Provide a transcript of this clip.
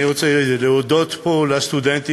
אני רוצה להודות פה לסטודנטים,